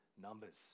numbers